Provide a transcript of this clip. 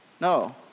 No